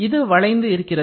இது வளைந்து இருக்கிறது